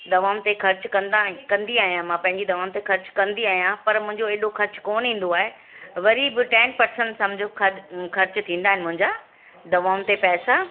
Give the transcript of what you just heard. दवाउनि ते ख़र्चु कंदा कंदी आहियां मां पंहिंजी दवाउनि ते ख़र्चु कंदी आहियां पर मुंहिंजो हेॾो ख़र्चु कोनि ईंदो आहे वरी बि टैन परसेंट सम्झो ख़र्चु थींदा आहिनि मुंहिंजा दवाउनि ते पैसा